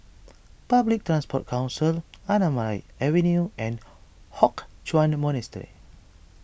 Public Transport Council Anamalai Avenue and Hock Chuan Monastery